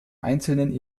einzelnen